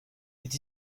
est